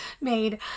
made